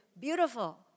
Beautiful